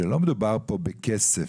שלא מדובר פה בכסף,